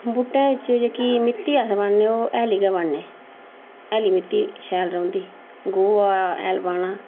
बूह्टे बिच्च जेह्की मिट्टी अस पान्ने ओह् हैली गै पान्ने हैली मिट्टी शैल रौंह्दी गोहा हैल पाना